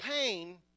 pain